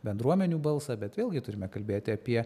bendruomenių balsą bet vėlgi turime kalbėti apie